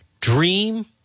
Dream